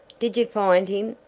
did you find him?